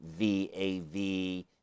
VAV